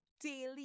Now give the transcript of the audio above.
Daily